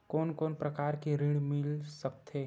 कोन कोन प्रकार के ऋण मिल सकथे?